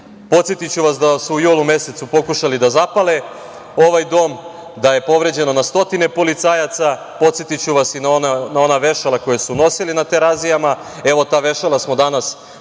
buduće. Podsetiću vas da su u julu mesecu pokušali da zapale ovaj dom, da je povređene na stotine policajaca, podsetiću vas i na ona vešala koja su nosili na Terazijama. Evo ta vešala smo danas,